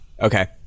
Okay